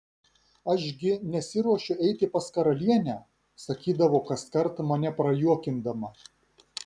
aš gi nesiruošiu eiti pas karalienę sakydavo kaskart mane prajuokindama